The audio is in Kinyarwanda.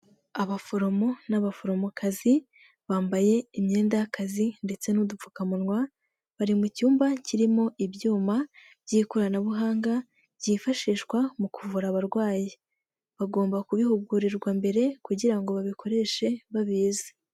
Abaforomo n'abaforomokazi bambaye imyenda y'akazi ndetse n'udupfukamunwa, bari mu cyumba kirimo ibyuma by'ikoranabuhanga byifashishwa mu kuvura abarwayi, bagomba kubihugurirwa mbere kugira ngo babikoreshe babizi.